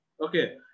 Okay